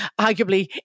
arguably